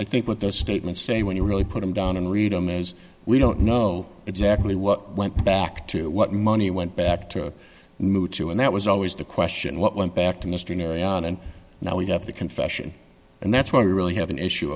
i think what those statements say when you really put them down and read them is we don't know exactly what went back to what money went back to move to and that was always the question what went back to mr and now we have the confession and that's when we really have an issue